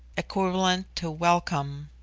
equivalent to welcome.